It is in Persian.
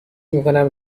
میکنم